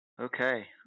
Okay